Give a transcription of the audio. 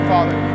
Father